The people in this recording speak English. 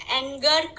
anger